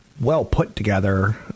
well-put-together